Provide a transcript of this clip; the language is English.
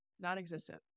Non-existent